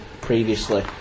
previously